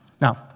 Now